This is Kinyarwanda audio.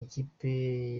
ikipe